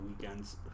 weekends